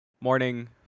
morning